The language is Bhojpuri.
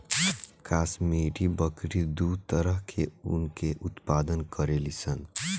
काश्मीरी बकरी दू तरह के ऊन के उत्पादन करेली सन